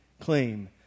claim